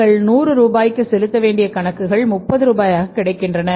உங்கள் 100 ரூபாய்க்கு செலுத்த வேண்டிய கணக்குகள் 30 ரூபாயாக கிடைக்கின்றன